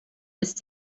ist